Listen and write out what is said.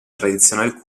tradizionale